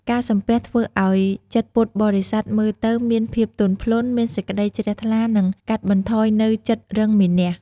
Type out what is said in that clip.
ការសំពះធ្វើឱ្យចិត្តពុទ្ធបរិស័ទមើលទៅមានភាពទន់ភ្លន់ មានសេចក្ដីជ្រះថ្លា និងកាត់បន្ថយនូវចិត្តរឹងមានះ។